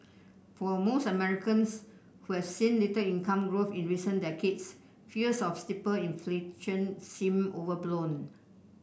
for most Americans who have seen little income growth in recent decades fears of steeper inflation seem overblown